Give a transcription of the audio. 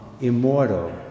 immortal